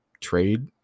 trade